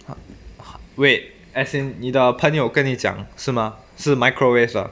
uh uh wait as in 你的朋友跟你讲是吗是 microwave 的